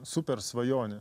super svajonė